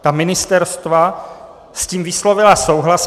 Ta ministerstva s tím vyslovila souhlas.